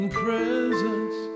presence